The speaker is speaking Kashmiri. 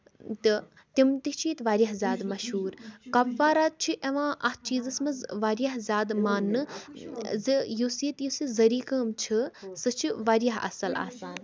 تہٕ تِم تہِ چھِ ییٚتہِ واریاہ زیادٕ مَشہوٗر کۄپوارا چھُ یِوان اَتھ چیٖزَس منٛز واریاہ زیادٕ ماننہٕ زِ یُس ییٚتہِ یُس یہِ ذٔری کٲم چھِ سُہ چھِ واریاہ اَصٕل آسان